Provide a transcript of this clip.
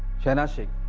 shehnaz sheikh,